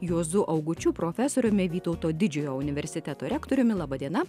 juozu augučiu profesoriumi vytauto didžiojo universiteto rektoriumi laba diena